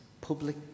public